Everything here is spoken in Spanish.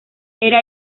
era